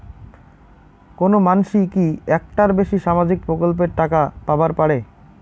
কোনো মানসি কি একটার বেশি সামাজিক প্রকল্পের টাকা পাবার পারে?